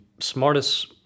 smartest